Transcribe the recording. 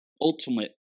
ultimate